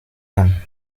kann